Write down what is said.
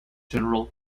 general